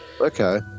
Okay